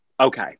okay